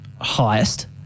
highest